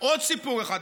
עוד סיפור אחד,